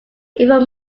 even